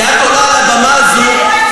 כי את עולה על הבמה הזו,